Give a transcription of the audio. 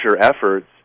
efforts